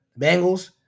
Bengals